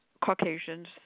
Caucasians